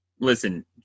listen